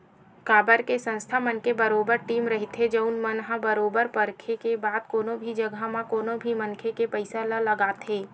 काबर के संस्था मन के बरोबर टीम रहिथे जउन मन ह बरोबर परखे के बाद कोनो भी जघा म कोनो भी मनखे के पइसा ल लगाथे